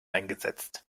eingesetzt